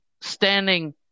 standing